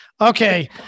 Okay